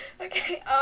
Okay